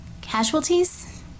Casualties